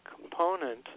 component